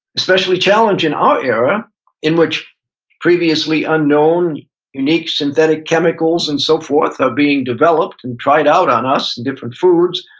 especially challenge in our era in which previously unknown unique synthetic chemicals and so forth are being developed and tried out on us in different foods.